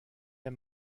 der